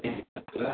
अस्तु वा